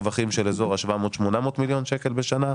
רווחים באזור של ה-800-700 מיליון שקלים בשנה,